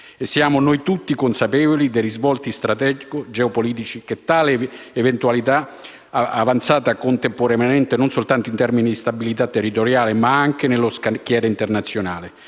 Tutti noi siamo consapevoli dei risvolti strategici geopolitici di tale eventualità, avanzata contemporaneamente non soltanto in termini di stabilità territoriale, ma anche nello scacchiere internazionale.